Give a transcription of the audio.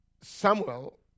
Samuel